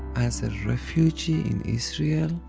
as a refugee in israel,